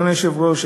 אדוני היושב-ראש,